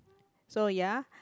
so ya